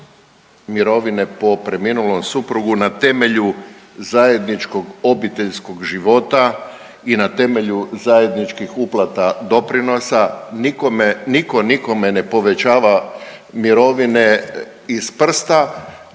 mirovine po preminulom suprugu na temelju zajedničkog obiteljskog života i na temelju zajedničkih uplata doprinosa. Niko nikome ne povećava mirovine iz prsta,